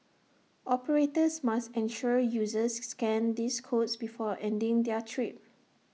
operators must ensure users scan these codes before ending their trip